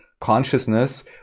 consciousness